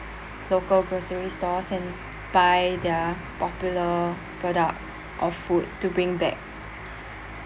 local groceries stores and buy their popular products or food to bring back